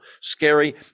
scary